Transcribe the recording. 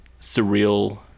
surreal